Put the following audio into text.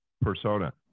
Persona